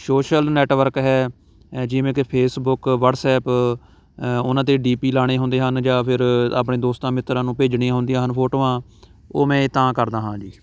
social network ਹੈ ਜਿਵੇਂ ਕਿ ਫੇਸਬੁੱਕ ਵੱਟਸਐਪ ਉਹਨਾਂ 'ਤੇ ਡੀ ਪੀ ਲਾਉਣੇ ਹੁੰਦੇ ਹਨ ਜਾਂ ਫਿਰ ਆਪਣੇ ਦੋਸਤਾਂ ਮਿੱਤਰਾਂ ਨੂੰ ਭੇਜਣੀਆਂ ਹੁੰਦੀਆਂ ਹਨ ਫੋਟੋਆਂ ਉਹ ਮੈਂ ਇਹ ਤਾਂ ਕਰਦਾ ਹਾਂ ਜੀ